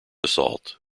assault